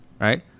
right